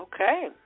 Okay